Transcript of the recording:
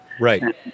Right